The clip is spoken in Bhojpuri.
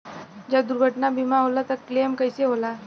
जब दुर्घटना बीमा होला त क्लेम कईसे होला?